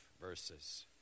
verses